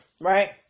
right